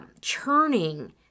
churning